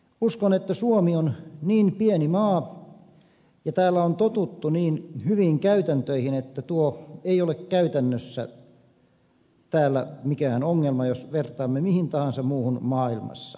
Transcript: uskon että suomi on niin pieni maa ja täällä on totuttu niin hyviin käytäntöihin että tuo ei ole käytännössä täällä mikään ongelma jos vertaamme mihin tahansa muuhun maahan maailmassa